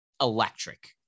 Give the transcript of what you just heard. electric